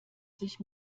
sich